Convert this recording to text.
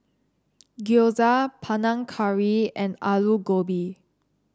Gyoza Panang Curry and Alu Gobi